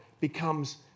becomes